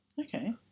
Okay